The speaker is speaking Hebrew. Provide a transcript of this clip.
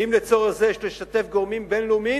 ואם לצורך זה יש לשתף גורמים בין-לאומיים,